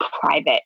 private